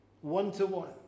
one-to-one